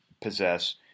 possess